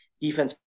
Defense